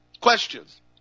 questions